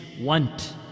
want